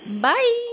bye